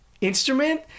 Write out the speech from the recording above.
instrument